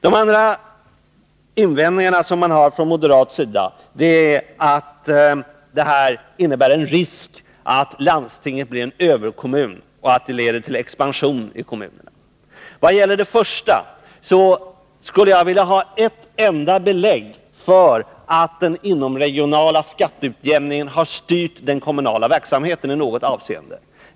De andra invändningar som man har från moderat sida är att det finns en risk för att landstinget blir en överkommun och att det blir en expansion i kommunerna. Vad gäller den första invändningen skulle jag vilja ha ett enda belägg för att den inomregionala skatteutjämningen har styrt den kommunala verksamheten i något avseende.